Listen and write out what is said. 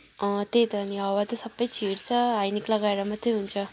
अँ त्यही त अनि हावा त सबै छिर्छ हाइनेक लगाएर मात्रै हुन्छ